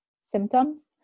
symptoms